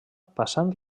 passant